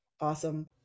Awesome